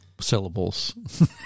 syllables